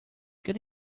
good